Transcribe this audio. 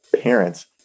parents